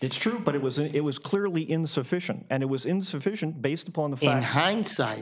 it's true but it was it was clearly insufficient and it was insufficient based upon the hindsight